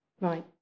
Right